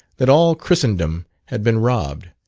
that all christendom had been robbed,